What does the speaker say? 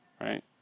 right